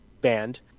banned